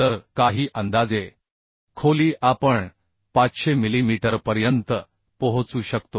तर काही अंदाजे खोली आपण 500 मिलीमीटरपर्यंत पोहोचू शकतो